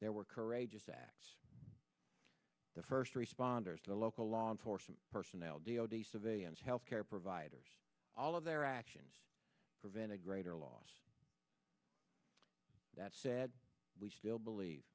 there were courageous acts the first responders the local law enforcement personnel d o d civilians health care providers all of their actions prevented greater loss that said we still believe